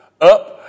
up